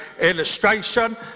illustration